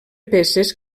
peces